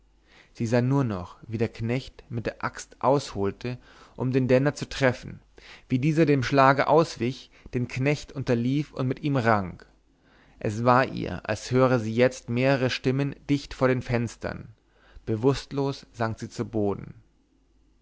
sie sah nur noch wie der knecht mit der axt ausholte um den denner zu treffen wie dieser dem schlage auswich den knecht unterlief und mit ihm rang es war ihr als höre sie jetzt mehrere stimmen dicht vor den fenstern bewußtlos sank sie zu boden